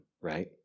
right